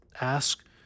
ask